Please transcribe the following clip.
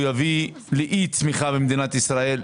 הוא יביא לאי צמיחה במדינת ישראל,